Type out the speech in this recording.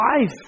life